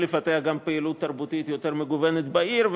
לפתח גם פעילות תרבותית יותר מגוונת בעיר,